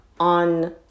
on